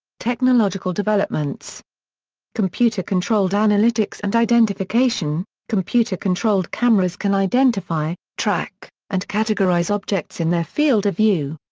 technological developments computer controlled analytics and identification computer controlled cameras can identify, track, and categorize objects in their field of view.